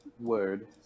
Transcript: word